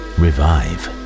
revive